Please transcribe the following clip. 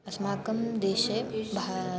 अस्माकं देशे भो